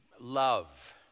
...love